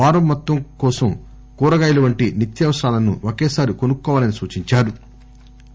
వారం మొత్తం కోసం కూరగాయలు వంటి నిత్యావసరాలను ఒకేసారి కొనుక్కోవాలని సూచించారు